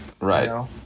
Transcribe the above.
Right